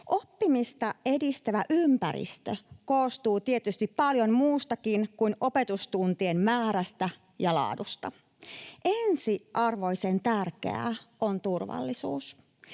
Oppimista edistävä ympäristö koostuu tietysti paljon muustakin kuin opetustuntien määrästä ja laadusta. Ensiarvoisen tärkeää on turvallisuus.